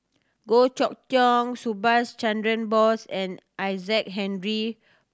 Goh Chok Tong Subhas Chandra Bose and Isaac Henry